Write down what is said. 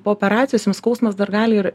po operacijos jum skausmas dar gali ir